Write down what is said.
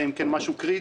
אלא אם כן יש משהו קריטי,